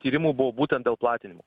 tyrimų buvo būtent dėl platinimo